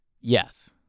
Yes